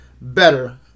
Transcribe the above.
better